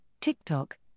TikTok